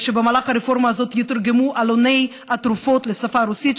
שברפורמה הזאת יתורגמו עלוני התרופות לשפה הרוסית,